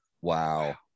Wow